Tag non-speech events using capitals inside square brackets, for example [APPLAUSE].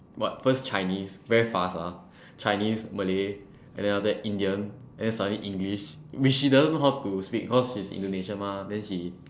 what first chinese very fast ah [BREATH] chinese malay and then after that indian and then suddenly english which she doesn't know how to speak cause she's indonesian mah then she